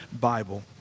Bible